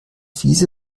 fiese